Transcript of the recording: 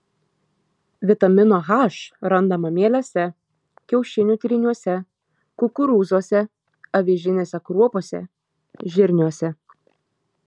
vitamino h randama mielėse kiaušinių tryniuose kukurūzuose avižinėse kruopose žirniuose